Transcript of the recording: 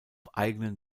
eigenen